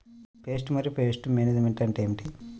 Pest మరియు pest management అంటే ఏమిటి?